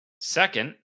Second